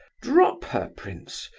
drop her, prince!